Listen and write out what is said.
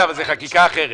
אבל זו חקיקה אחרת.